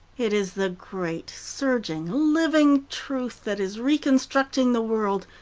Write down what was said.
it is the great, surging, living truth that is reconstructing the world,